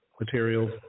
materials